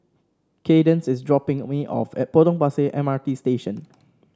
Kaydence is dropping me off at Potong Pasir M R T Station